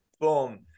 boom